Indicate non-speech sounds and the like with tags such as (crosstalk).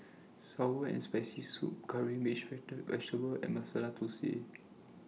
Sour and Spicy Soup Curry Mixed (unintelligible) Vegetable and Masala Thosai